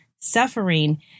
suffering